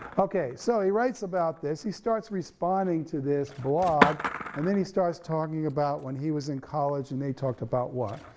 okay so he writes about this, he starts responding to this blog and then he starts talking about when he was in college and they talked about what?